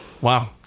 Wow